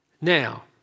Now